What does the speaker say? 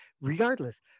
regardless